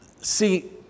See